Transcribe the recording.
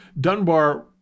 dunbar